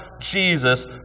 Jesus